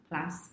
plus